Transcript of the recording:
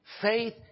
Faith